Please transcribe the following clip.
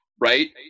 right